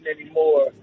anymore